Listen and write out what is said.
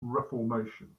reformation